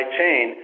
chain